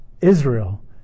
Israel